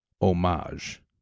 homage